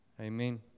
Amen